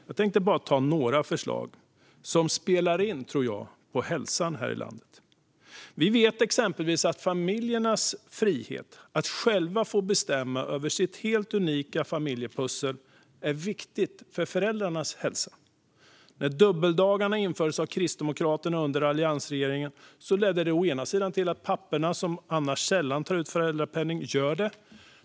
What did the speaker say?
Jag tänkte nämna några förslag som jag tror spelar in på hälsan här i landet. Vi vet exempelvis att familjernas frihet att själva få bestämma över sitt helt unika familjepussel är viktig för föräldrarnas hälsa. Dubbeldagarna, som infördes av Kristdemokraterna under alliansregeringen, ledde till att papporna som annars sällan tar ut föräldrapenning gör det.